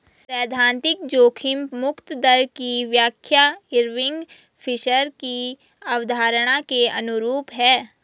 सैद्धांतिक जोखिम मुक्त दर की व्याख्या इरविंग फिशर की अवधारणा के अनुरूप है